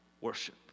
worship